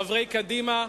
חברי קדימה: